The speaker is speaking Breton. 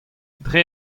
dre